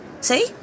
see